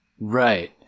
right